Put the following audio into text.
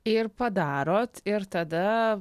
ir padarot ir tada